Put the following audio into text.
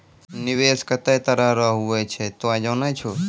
निवेश केतै तरह रो हुवै छै तोय जानै छौ